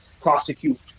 prosecute